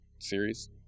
series